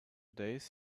days